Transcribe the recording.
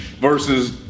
versus